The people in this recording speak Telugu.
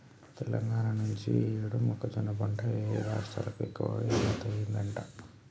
తెలంగాణా నుంచి యీ యేడు మొక్కజొన్న పంట యేరే రాష్టాలకు ఎక్కువగా ఎగుమతయ్యిందంట